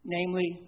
Namely